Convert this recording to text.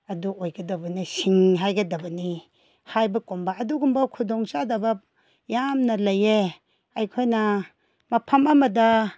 ꯑꯗꯨ ꯑꯣꯏꯒꯗꯕꯅꯤ ꯁꯤꯡ ꯍꯥꯏꯒꯗꯕꯅꯤ ꯍꯥꯏꯕꯒꯨꯝꯕ ꯑꯗꯨꯒꯨꯝꯕ ꯈꯨꯗꯣꯡ ꯆꯥꯗꯕ ꯌꯥꯝꯅ ꯂꯩꯌꯦ ꯑꯩꯈꯣꯏꯅ ꯃꯐꯝ ꯑꯃꯗ